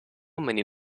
many